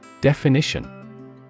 definition